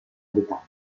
abitanti